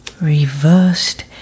Reversed